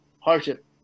hardship